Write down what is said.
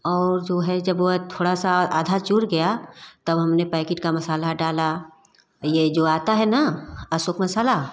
और जो है जब वह थोड़ा सा आधा चुड़ गया तब हमने पैकेट का मसाला डाला यह जो आता है ना अशोक मसाला